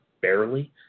barely